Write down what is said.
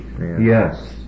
yes